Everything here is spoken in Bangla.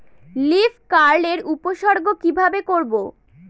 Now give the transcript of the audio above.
লিফ কার্ল এর উপসর্গ কিভাবে করব?